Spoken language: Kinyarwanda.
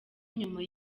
nyuma